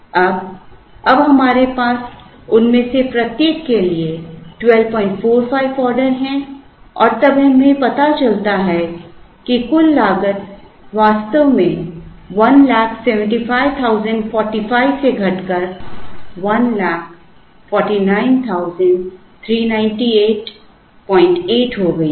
अब अब हमारे पास उनमें से प्रत्येक के लिए 1245 ऑर्डर हैं और तब हमें पता चलता है कि कुल लागत वास्तव में 175045 से घटकर 1493988 हो गई है